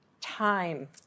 time